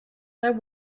their